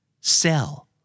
Cell